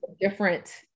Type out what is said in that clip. different